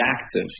active